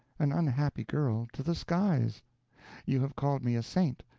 an unhappy girl, to the skies you have called me a saint,